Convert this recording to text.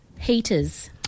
heaters